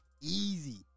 easy